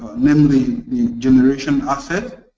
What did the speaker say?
namely the generation asset,